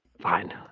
Fine